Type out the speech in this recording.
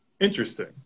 interesting